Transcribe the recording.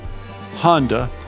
Honda